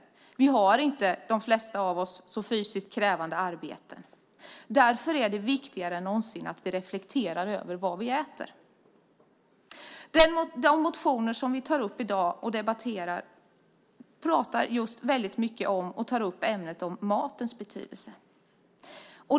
De flesta av oss har inte fysiskt krävande arbeten. Därför är det viktigare än någonsin att vi reflekterar över vad vi äter. De motioner som vi i dag debatterar tar i hög grad upp matens betydelse.